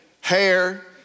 hair